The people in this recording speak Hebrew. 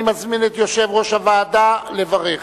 אני מזמין את יושב-ראש הוועדה לברך.